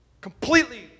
completely